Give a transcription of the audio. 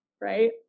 Right